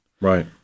Right